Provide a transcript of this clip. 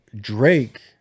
Drake